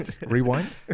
Rewind